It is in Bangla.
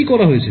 কি করা হয়েছে